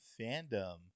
fandom